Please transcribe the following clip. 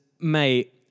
mate